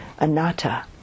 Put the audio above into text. anatta